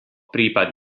prípad